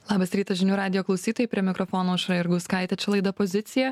labas rytas žinių radijo klausytojai prie mikrofono aušra jurgauskaitė čia laida pozicija